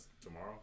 tomorrow